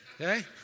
Okay